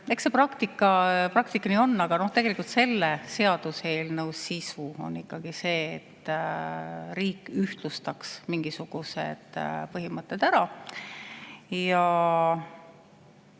Eks see praktika nii on. Aga tegelikult on selle seaduseelnõu sisu ikkagi see, et riik ühtlustaks mingisuguseid põhimõtteid. Kui